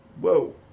Whoa